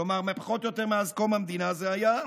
כלומר פחות או יותר מאז קום המדינה זה היה,